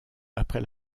après